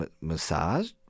Massage